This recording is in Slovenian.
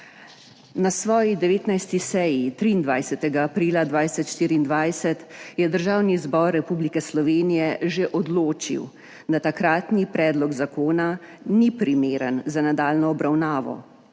Na svoji 19. seji 23. aprila 2024 je Državni zbor Republike Slovenije že odločil, da takratni predlog zakona ni primeren za nadaljnjo obravnavo.